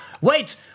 Wait